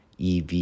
EV